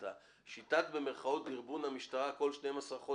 כי השיטה של "לדרבן" את המשטרה באמצעות הארכה כל 12 חודשים,